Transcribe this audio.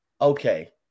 okay